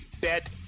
Bet